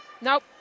Nope